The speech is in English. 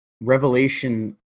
Revelation